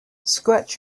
scratch